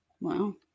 Wow